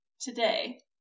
today